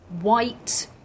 white